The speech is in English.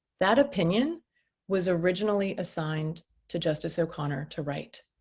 that opinion was originally assigned to justice o'connor to write.